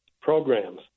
programs